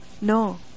no